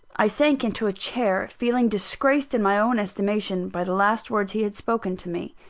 i sank into a chair, feeling disgraced in my own estimation by the last words he had spoken to me.